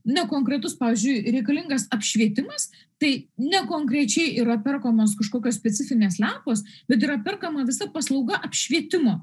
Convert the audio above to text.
nekonkretus pavyzdžiui reikalingas apšvietimas tai nekonkrečiai yra perkamos kažkokios specifinės lempos bet yra perkama visa paslauga apšvietimo